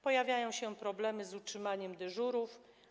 Pojawiają się problemy z utrzymaniem dyżurów.